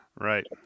Right